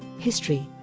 history